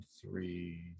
three